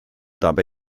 dabei